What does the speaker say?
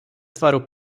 tvaru